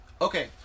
Okay